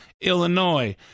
Illinois